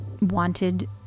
wanted